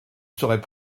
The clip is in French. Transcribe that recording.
serait